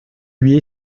lui